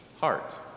heart